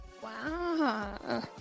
Wow